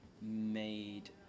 made